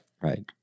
Right